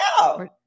No